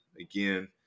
again